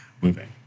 moving